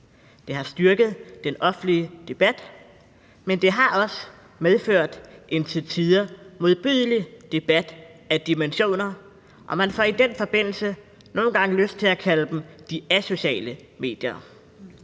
Det har styrket den offentlige debat, men det har også medført en til tider modbydelig debat af dimensioner, og man får i den forbindelse nogle gange lyst til at kalde dem de asociale medier.